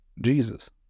jesus